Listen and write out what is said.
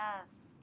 yes